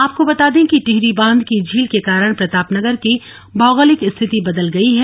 आपको बता दें कि टिहरी बांध की झील के कारण प्रतापनगर की भौगोलिक स्थिति बदल गई है